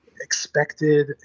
expected